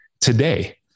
today